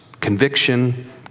conviction